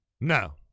No